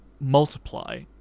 multiply